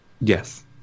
Yes